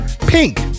Pink